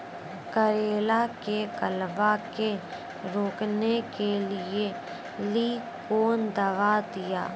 करेला के गलवा के रोकने के लिए ली कौन दवा दिया?